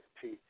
peace